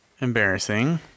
embarrassing